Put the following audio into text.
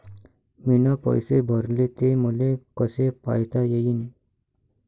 मीन पैसे भरले, ते मले कसे पायता येईन?